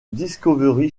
discovery